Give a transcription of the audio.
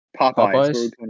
Popeyes